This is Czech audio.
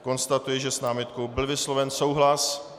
Konstatuji, že s námitkou byl vysloven souhlas.